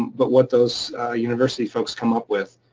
but what those university folks come up with